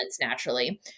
naturally